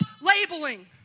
labeling